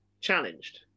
challenged